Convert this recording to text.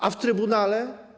A w trybunale?